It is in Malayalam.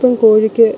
ഇപ്പം കോഴിക്ക്